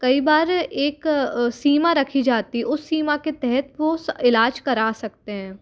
कई बार एक सीमा रखी जाती है उस सीमा के तहत वो इलाज करा सकते हैं